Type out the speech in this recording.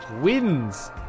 wins